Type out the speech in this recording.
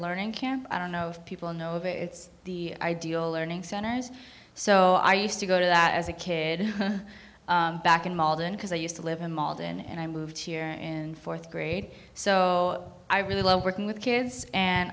learning camp i don't know if people know it's the ideal learning centers so i used to go to that as a kid back in malden because i used to live in malden and i moved here in fourth grade so i really love working with kids and